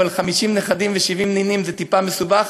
אבל 50 נכדים ו-70 נינים זה טיפה מסובך,